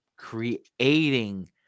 creating